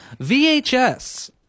VHS